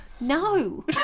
No